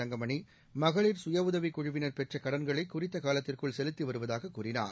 தங்கமணி மகளிர் சுயஉதவிக்குழுவினர் பெற்ற கடன்களை குறித்த காலத்திற்குள் செலுத்தி வருவதாக கூறினார்